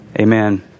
amen